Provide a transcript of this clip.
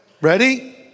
Ready